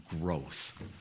growth